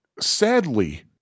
Sadly